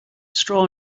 straw